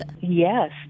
Yes